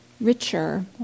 richer